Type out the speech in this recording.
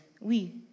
Oui